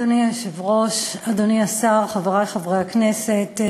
אדוני היושב-ראש, אדוני השר, חברי חברי הכנסת,